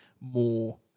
more